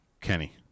Kenny